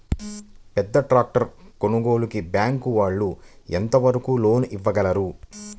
పెద్ద ట్రాక్టర్ కొనుగోలుకి బ్యాంకు వాళ్ళు ఎంత వరకు లోన్ ఇవ్వగలరు?